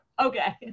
okay